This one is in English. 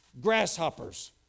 Grasshoppers